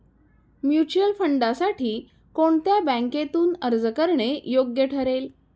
Mutual फंडांसाठी कोणत्या बँकेतून अर्ज करणे योग्य ठरेल?